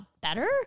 better